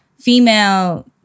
female